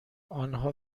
آنها